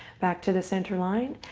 back to the center line.